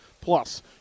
plus